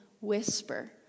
whisper